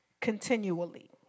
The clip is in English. continually